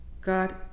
God